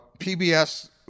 PBS